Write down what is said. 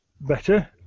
better